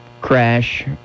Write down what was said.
crash